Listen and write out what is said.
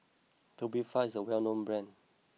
Tubifast is a well known brand